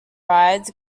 rides